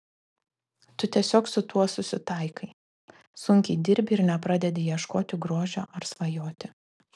tu tiesiog su tuo susitaikai sunkiai dirbi ir nepradedi ieškoti grožio ar svajoti